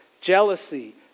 jealousy